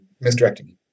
misdirecting